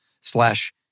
slash